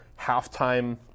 halftime